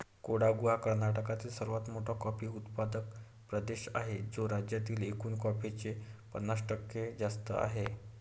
कोडागु हा कर्नाटकातील सर्वात मोठा कॉफी उत्पादक प्रदेश आहे, जो राज्यातील एकूण कॉफीचे पन्नास टक्के जास्त आहे